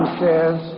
says